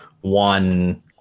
One